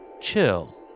chill